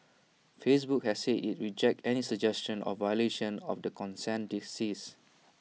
Facebook has said IT rejects any suggestion of violation of the consent disease